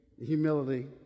humility